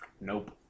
Nope